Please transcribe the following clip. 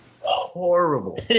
Horrible